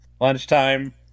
Lunchtime